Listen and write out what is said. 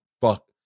fuck